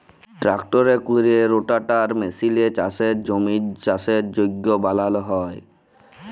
ট্রাক্টরে ক্যরে রোটাটার মেসিলে চাষের জমির চাষের যগ্য বালাল হ্যয়